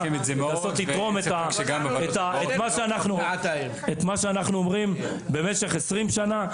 לנסות לתרום את מה שאנחנו אומרים במשך 20 שנה,